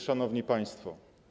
Szanowni Państwo!